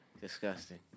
Disgusting